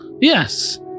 Yes